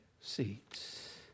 seats